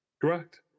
Correct